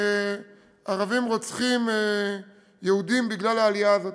שערבים רוצחים יהודים בגלל העלייה הזאת.